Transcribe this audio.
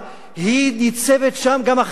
היא ניצבת שם גם אחרי 100 שנה.